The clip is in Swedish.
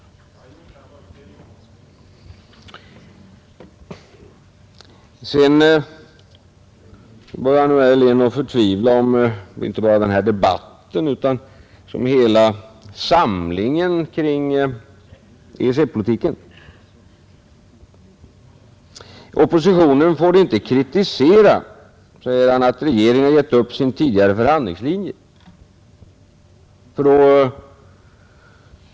: Jag har gjort samma uppdelning.) Sedan börjar nog herr Helén att förtvivla inte bara om den här debatten utan om hela samlingen kring EEC-politiken. Oppositionen får inte kritisera, säger han, att regeringen gett upp sin tidigare förhandlingslinje.